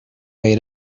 way